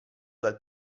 dal